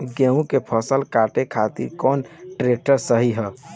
गेहूँ के फसल काटे खातिर कौन ट्रैक्टर सही ह?